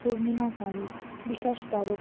পূর্ণিমা কারক বিকাশ কারক